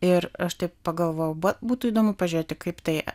ir aš taip pagalvojau būtų įdomu pažiūrėti kaip tai